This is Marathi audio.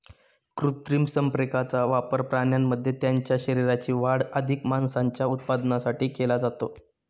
कृत्रिम संप्रेरकांचा वापर प्राण्यांमध्ये त्यांच्या शरीराची वाढ अधिक मांसाच्या उत्पादनासाठी केला जातो